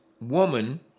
woman